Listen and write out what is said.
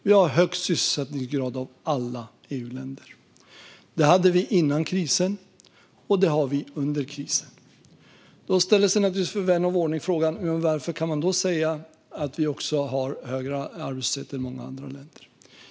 Vi har högst sysselsättningsgrad av alla EU-länder. Det hade vi före krisen, och det har vi under krisen. Då ställer sig vän av ordning givetvis frågan: Hur kan man då säga att vi har högre arbetslöshet än många andra länder?